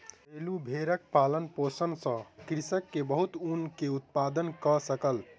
घरेलु भेड़क पालन पोषण सॅ कृषक के बहुत ऊन के उत्पादन कय सकल